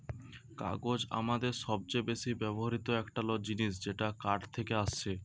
কাগজ আমাদের সবচে বেশি ব্যবহৃত একটা ল জিনিস যেটা কাঠ থেকে আসছে